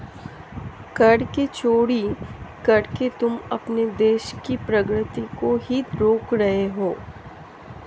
कर की चोरी करके तुम अपने देश की प्रगती को ही रोक रहे हो